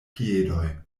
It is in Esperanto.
piedoj